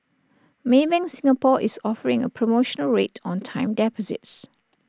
maybank Singapore is offering A promotional rate on time deposits